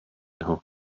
nhw